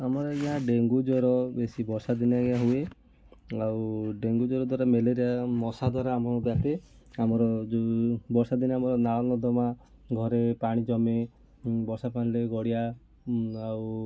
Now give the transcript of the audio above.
ଆମର ଆଜ୍ଞା ଡେଙ୍ଗୁ ଜର ବେଶି ବର୍ଷା ଦିନେ ଆଜ୍ଞା ହୁଏ ଆଉ ଡେଙ୍ଗୁ ଜର ଦ୍ୱାରା ମେଲେରିଆ ମଶା ଦ୍ୱାରା ଆମକୁ ବ୍ୟାପେ ଆମର ଯେଉଁ ବର୍ଷା ଦିନେ ଆମର ନାଳ ନର୍ଦ୍ଦମା ଘରେ ପାଣି ଜମେ ବର୍ଷା ପାଣିରେ ଗଡ଼ିଆ ଆଉ